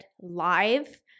live